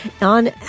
On